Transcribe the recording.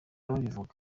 babivuga